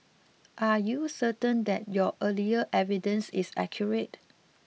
are you certain that your earlier evidence is accurate